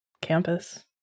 campus